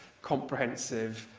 comprehensive,